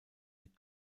mit